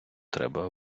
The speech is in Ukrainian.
треба